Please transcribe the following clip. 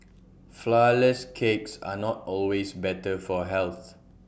Flourless Cakes are not always better for health